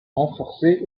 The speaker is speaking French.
renforcer